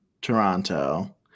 Toronto